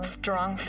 strong